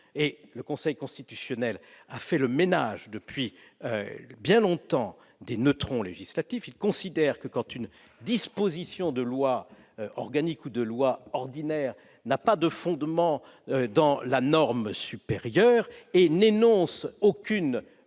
le Conseil constitutionnel a fait le ménage parmi les neutrons législatifs. Lorsqu'il estime que telle disposition d'une loi organique ou d'une loi ordinaire n'a pas de fondement dans la norme supérieure et n'énonce aucune